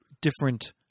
different